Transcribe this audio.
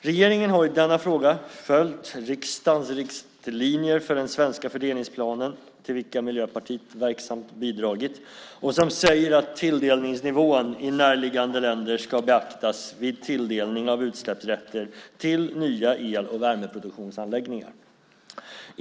Regeringen har i denna fråga följt riksdagens riktlinjer för den svenska fördelningsplanen, till vilka Miljöpartiet verksamt bidragit, som säger att tilldelningsnivån i närliggande länder ska beaktas vid tilldelning av utsläppsrätter till nya el och värmeproduktionsanläggningar.